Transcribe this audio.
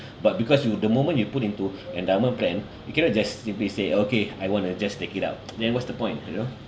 but because you the moment you put into endowment plan you cannot just say okay I want to just take it out then what's the point you know